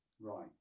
Right